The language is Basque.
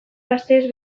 gaztez